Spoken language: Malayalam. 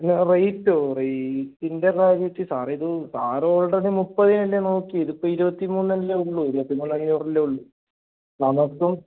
പിന്ന റേറ്റോ റേറ്റിൻ്റെ കാര്യത്തിൽ സാറിത് സാറ് ഓൾറെഡി മുപ്പതിനല്ലേ നോക്കിയത് ഇതിപ്പോൾ ഇരുപത്തി മൂന്നല്ലേ ഉള്ളൂ ഇരുപത്തി മൂന്ന് അഞ്ഞൂറല്ലേ ഉള്ളു നമുക്കും